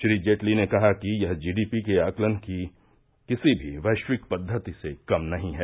श्री जेटली ने कहा कि यह जीडीपी के आकलन की किसी भी वैश्विक पद्वति से कम नहीं है